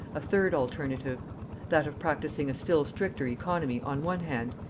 a third alternative that of practising a still stricter oeconomy on one hand,